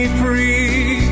free